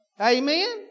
Amen